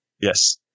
Yes